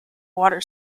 water